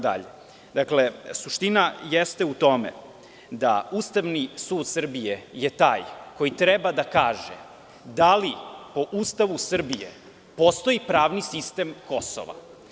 Dakle, suština jeste u tome da Ustavni sud Srbije je taj koji treba da kaže da li po Ustavu Srbije postoji pravni sistem Kosovo?